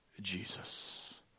Jesus